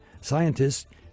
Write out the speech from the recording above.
scientists